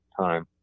time